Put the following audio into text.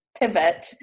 pivot